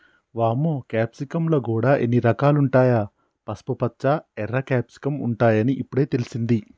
వామ్మో క్యాప్సికమ్ ల గూడా ఇన్ని రకాలుంటాయా, పసుపుపచ్చ, ఎర్ర క్యాప్సికమ్ ఉంటాయని ఇప్పుడే తెలిసింది